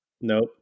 Nope